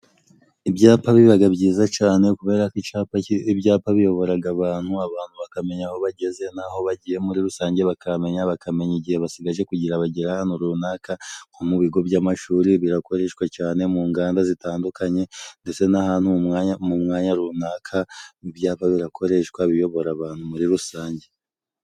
Ibyapa bibaga byiza cane kubera ko ibyapa biyoboraga abantu, abantu bakamenya aho bageze n'aho bagiye muri rusange bakahamenya. Bakamenya igihe basigaje kugira ngo bagera ahantu runaka. Nko mu bigo by'amashuri birakoreshwa cane, mu nganda zitandukanye, ndetse n'ahantu umwanya mu mwanya runaka ibyapa birakoreshwa biyobora abantu muri rusange.